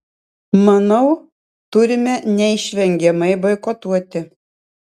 manau turime neišvengiamai boikotuoti